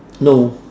no